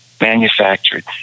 manufactured